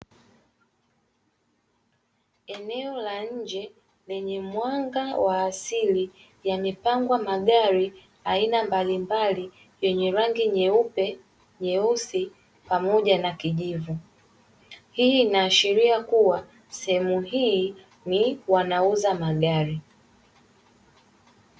Eneo la nje lenye mwanga wa asili yamepangwa magari aina mbalimbali yenye rangi nyeupe, nyeusi pamoja na kijivu. Hii inaashiria kuwa sehemu hii ni wanauza magari.